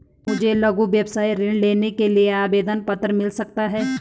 मुझे लघु व्यवसाय ऋण लेने के लिए आवेदन पत्र मिल सकता है?